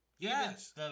Yes